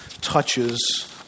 touches